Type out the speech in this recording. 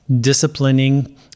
disciplining